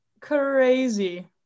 crazy